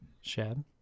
Shad